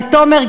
לתומר,